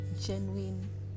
genuine